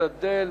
להשתדל